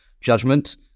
judgment